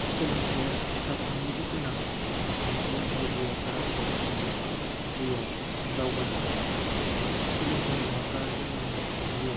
सोलोंथाइया साफ्रोमनिबो गोनां ओह सोलोंथाइ गैयाब्ला जोङो जिउआव दावगानो हाया सोलोंथाइ नङाब्ला जोङो जिवआव